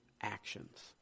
actions